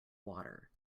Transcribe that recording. water